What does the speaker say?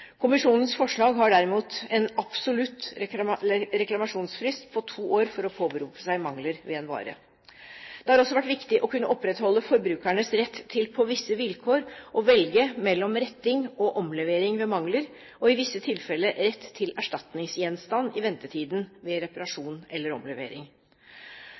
Kommisjonens forslag har derimot en absolutt reklamasjonsfrist på to år for å påberope seg mangler ved en vare. Det har også vært viktig å kunne opprettholde forbrukerens rett til på visse vilkår å velge mellom retting og omlevering ved mangler og i visse tilfeller rett til erstatningsgjenstand i ventetiden ved reparasjon eller omlevering.